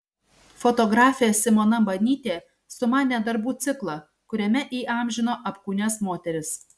fotografė simona banytė sumanė darbų ciklą kuriame įamžino apkūnias moteris